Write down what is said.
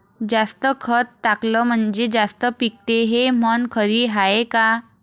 जास्त खत टाकलं म्हनजे जास्त पिकते हे म्हन खरी हाये का?